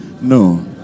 no